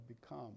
become